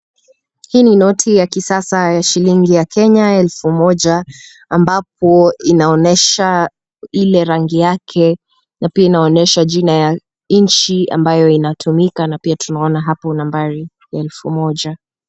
Hii ni noti ya kisasa ya shilingi ya Kenya ya elfu moja ambapo inaonyesha ile rangi yake na pia inaonyesha jina ya nchi ambayo inatumika na pia tunaona hapo nambari elfu moja.